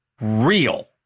real